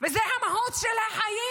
וזו המהות של החיים.